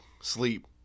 sleep